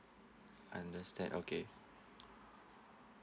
understand okay